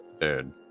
dude